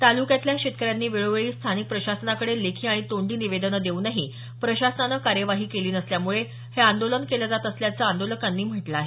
ताल्क्यातल्या शेतकऱ्यांनी वेळोवेळी स्थानिक प्रशासनाकडे लेखी आणि तोंडी निवेदनं देऊनही प्रशासनानं कार्यवाही केली नसल्यामुळे हे आंदोलन केलं जात असल्याचं आंदोलकांनी म्हटलं आहे